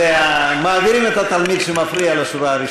מעבירים את התלמיד שמפריע לשורה הראשונה.